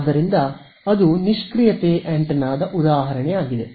ಆದ್ದರಿಂದ ಅದು ನಿಷ್ಕ್ರಿಯತೆ ಆಂಟೆನಾದ ಉದಾಹರಣೆಯಾಗಿದೆ